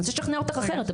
הוא ינסה לשכנע אותך אחרת,